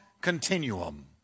continuum